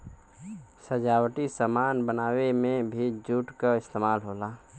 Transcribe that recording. सजावटी सामान बनावे में भी जूट क इस्तेमाल होला